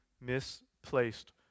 misplaced